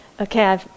okay